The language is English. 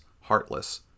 heartless